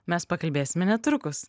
mes pakalbėsime netrukus